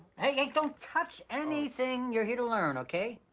hey, hey, don't touch anything you're here to learn, okay?